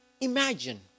imagine